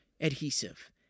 adhesive